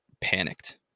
panicked